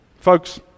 Folks